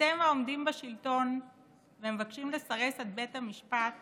אתם העומדים בשלטון ומבקשים לסרס את בית המשפט